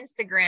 Instagram